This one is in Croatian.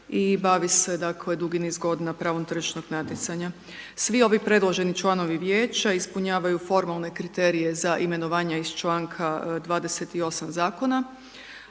i bavi se dakle, dugi niz godina pravom tržišnog natjecanja. Svi ovi predloženi članovi Vijeća, ispunjavaju formalne kriterije za imenovanja iz članka 28. Zakona,